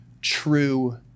true